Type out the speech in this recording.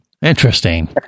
Interesting